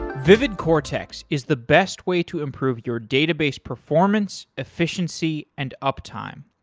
vividcortex is the best way to improve your database performance, efficiency, and uptime.